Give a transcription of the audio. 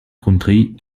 country